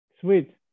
sweet